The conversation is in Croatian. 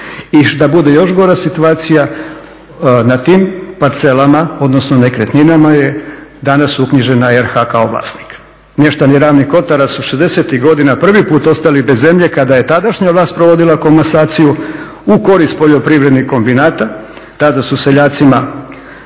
I da bude još gora situacija na tim parcelama, odnosno nekretninama je danas uknjižena RH kao vlasnik. Mještani Ravnih Kotara su 60-ih godina prvi put ostali bez zemlje kada je tadašnja vlast provodila komasaciju u korist poljoprivrednih …, tada su seljacima